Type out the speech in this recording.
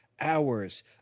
hours